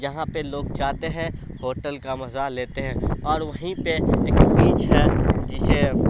جہاں پہ لوگ جاتے ہیں ہوٹل کا مزہ لیتے ہیں اور وہیں پہ ایک بیچ ہے جسے